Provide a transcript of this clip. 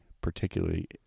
particularly